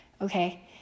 Okay